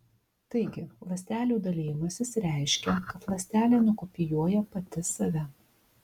taigi ląstelių dalijimasis reiškia kad ląstelė nukopijuoja pati save